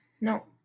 no